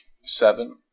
Seven